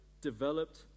developed